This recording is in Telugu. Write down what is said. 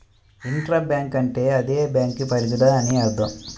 ఇంట్రా బ్యాంక్ అంటే అదే బ్యాంకు పరిధిలో అని అర్థం